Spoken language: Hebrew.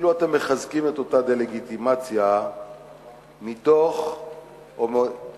כאילו אתם מחזקים את אותה דה-לגיטימציה מדוח שנולד,